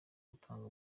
gutanga